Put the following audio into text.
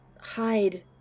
hide